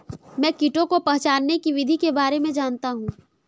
मैं कीटों को पहचानने की विधि के बारे में जनता हूँ